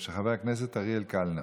בבקשה.